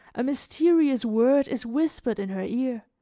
a mysterious word is whispered in her ear,